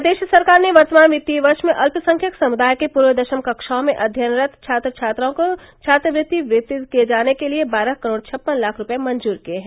प्रदेश सरकार ने वर्तमान वित्तीय वर्ष में अत्यसंख्यक समुदाय के पूर्वदशम कक्षाओं में अध्ययनरत छात्र छात्राओं को छात्रवृत्ति वितरित किए जाने के लिए बारह करोड छप्पन लाख रुपये मंजूर किए हैं